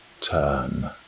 turn